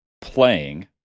playing